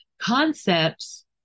Concepts